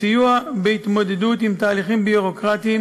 בסיוע בהתמודדות עם תהליכים ביורוקרטיים